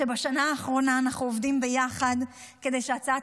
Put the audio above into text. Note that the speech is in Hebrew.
ובשנה האחרונה אנחנו עובדים ביחד כדי שהצעת